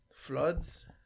Floods